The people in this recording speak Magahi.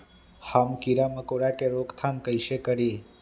हम किरा मकोरा के रोक थाम कईसे करी?